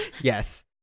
Yes